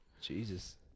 Jesus